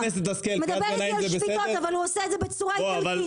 חברת הכנסת השכל, קריאת ביניים זה בסדר